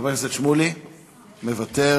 חבר הכנסת שמולי, מוותר,